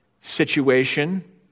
situation